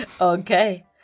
Okay